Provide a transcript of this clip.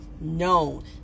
known